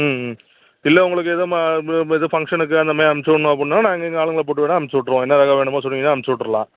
ம் ம் இல்லை உங்களுக்கு எதுவும் இது ஃபங்க்ஷனுக்கு அந்த மாரி அனுப்ச்சு விட்ணும் அப்பிட்னா நாங்கள் எங்கள் ஆளுங்கலைப் போட்டு வேணா அமுச்சு விட்டுருவோம் என்ன ரகம் வேணுமோ சொன்னீங்கன்னால் அமுச்சு விட்ருலாம்